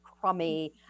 crummy